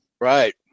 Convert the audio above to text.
Right